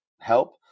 help